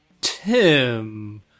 Tim